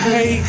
Hey